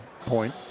point